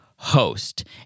Host